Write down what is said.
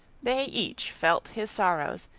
they each felt his sorrows,